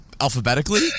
alphabetically